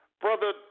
Brother